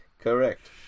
Correct